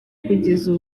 kugeza